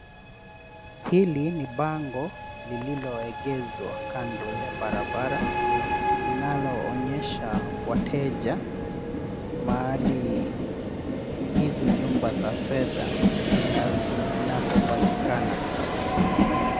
Hili ni bango lililoegeshwa kando ya barabara inalo onyesha wateja mahali hizi nyumba za Fedha zinapopatikana.